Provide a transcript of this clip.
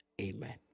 Amen